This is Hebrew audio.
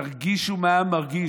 תרגישו מה העם מרגיש.